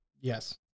Yes